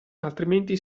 altrimenti